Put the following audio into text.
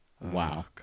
Wow